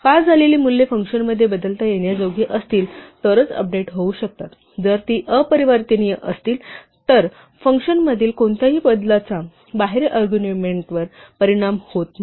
pass झालेली मूल्ये फंक्शनमध्ये बदलता येण्याजोगी असतील तरच अपडेट होऊ शकतात जर ती अपरिवर्तनीय असतील तर फंक्शनमधील कोणत्याही बदलाचा बाहेरील अर्ग्युमेण्टवर परिणाम होत नाही